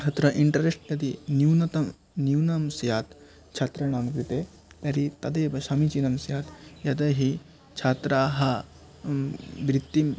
तत्र इण्टेरेस्ट् यदि न्यूनतमं न्यूनं स्यात् छात्राणां कृते तर्हि तदेव समीचीनं स्यात् यदहि छात्राः वृत्तिम्